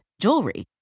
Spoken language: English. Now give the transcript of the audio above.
jewelry